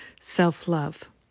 self-love